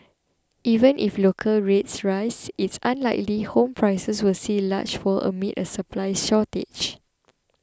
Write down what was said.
even if local rates rise it's unlikely home prices will see a large fall amid a supply shortage